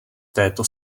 této